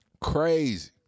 crazy